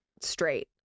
straight